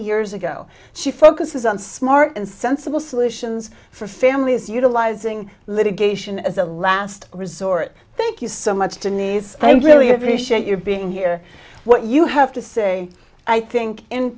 years ago she focuses on smart and sensible solutions for families utilizing litigation as a last resort thank you so much denise i really appreciate your being here what you have to say i think